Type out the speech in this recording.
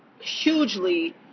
hugely